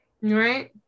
Right